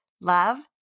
love